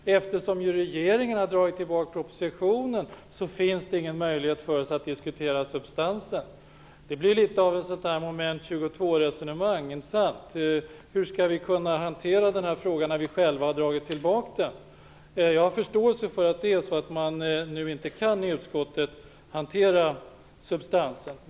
Eftersom regeringen har dragit tillbaka propositionen finns det ingen möjlighet att diskutera substansen. Detta är litet av ett Moment 22-resonemang, inte sant? Hur skall vi kunna hantera den här frågan när vi själva ha dragit tillbaka den? Jag har förståelse för att man i utskottet inte kan hantera substansen.